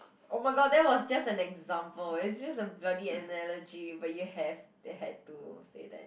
oh-my-god that was just an example is just a bloody analogy but you have you had to say that